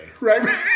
right